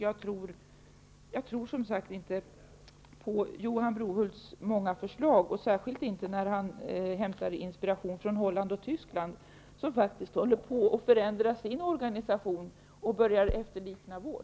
Jag tror som sagt inte på Johan Brohults många förslag, särskilt inte när han hämtar inspiration från Holland och Tyskland. I dessa länder håller man faktiskt på att förändra sin organisation för att mera efterlikna vår.